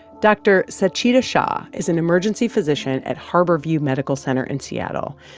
dr. sachita shah is an emergency physician at harborview medical center in seattle.